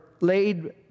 laid